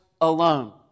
alone